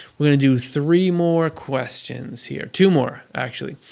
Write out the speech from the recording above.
we're going to do three more questions here. two more, actually.